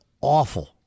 awful